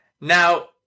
Now